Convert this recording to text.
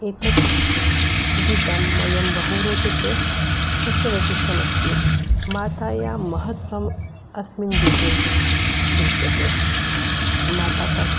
एतत् गीतं मयं बहु रोचते तस्य वैशिष्टमस्ति मातुः महत्वम् अस्मिन् गीते दृश्यते माता का